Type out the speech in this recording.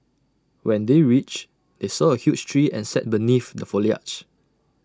when they reached they saw A huge tree and sat beneath the foliage